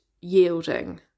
yielding